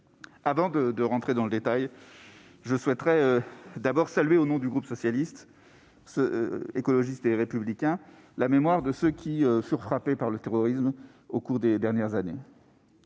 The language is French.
Avant d'entrer dans le détail, je souhaite, au nom du groupe Socialiste, Écologiste et Républicain, saluer la mémoire de ceux qui ont été frappés par le terrorisme au cours des dernières années.